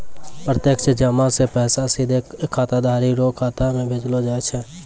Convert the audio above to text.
प्रत्यक्ष जमा से पैसा सीधे खाताधारी रो खाता मे भेजलो जाय छै